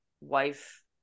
wife